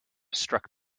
struck